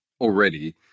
already